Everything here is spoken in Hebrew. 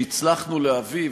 שהצלחנו להביא,